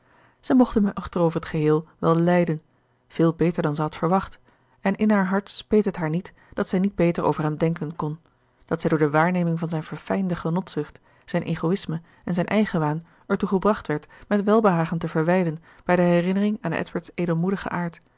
mocht hem echter over t geheel wel lijden veel beter dan zij had verwacht en in haar hart speet het haar niet dat zij niet beter over hem denken kon dat zij door de waarneming van zijn verfijnde genotzucht zijn egoïsme en zijn eigenwaan ertoe gebracht werd met welbehagen te verwijlen bij de herinnering aan edward's edelmoedigen aard